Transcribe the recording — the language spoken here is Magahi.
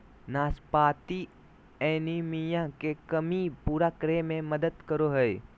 नाशपाती एनीमिया के कमी पूरा करै में मदद करो हइ